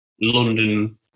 London